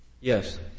Yes